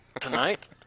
Tonight